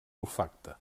olfacte